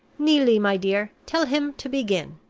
neelie, my dear, tell him to begin.